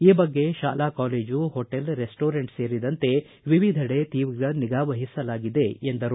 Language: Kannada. ಈ ಬಗ್ಗೆ ಶಾಲಾ ಕಾಲೇಜು ಹೋಟೆಲ್ ರೆಸ್ಟೊರೆಂಟ್ ಸೇರಿದಂತೆ ವಿವಿಧೆಡೆ ತೀವ್ರ ನಿಗಾ ವಹಿಸಲಾಗಿದೆ ಎಂದರು